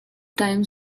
time